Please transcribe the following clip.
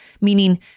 meaning